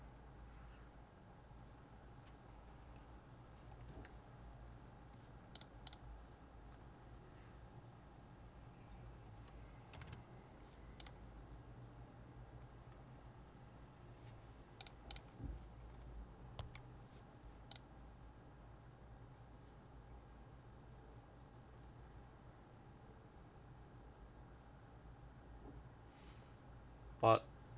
but